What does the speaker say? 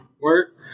work